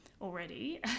already